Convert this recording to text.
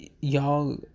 y'all